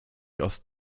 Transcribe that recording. aus